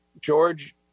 George